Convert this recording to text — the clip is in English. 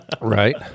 Right